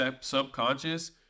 subconscious